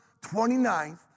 29th